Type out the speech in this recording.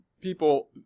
people